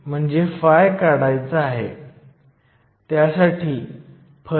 तर ही उंची जी 0